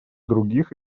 других